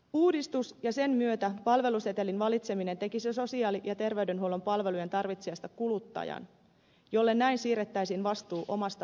uudistus ja sen myötä palvelusetelin valitseminen tekisi sosiaali ja terveydenhuollon palvelujen tarvitsijasta kuluttajan jolle näin siirrettäisiin vastuu omasta hoidostaan